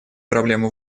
проблему